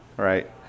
Right